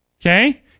okay